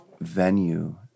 venue